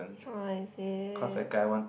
oh is it